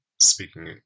speaking